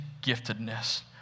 giftedness